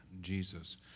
jesus